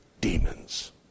demons